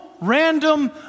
random